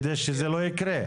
כדי שזה לא יקרה.